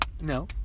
No